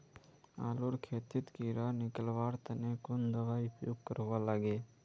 आलूर खेतीत कीड़ा निकलवार तने कुन दबाई उपयोग करवा लगे?